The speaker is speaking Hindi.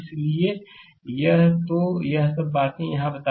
स्लाइड समय देखें 2528 तो यह सब बातें यहां बताई गई हैं